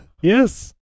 Yes